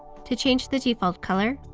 to change the default color,